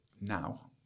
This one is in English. now